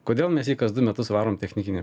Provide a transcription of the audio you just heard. kodėl mes jį kas du metus varom technikinę